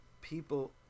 people